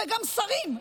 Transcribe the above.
וגם שרים,